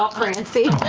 ah prancy.